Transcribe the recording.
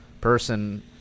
person